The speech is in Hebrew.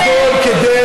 הכול כדי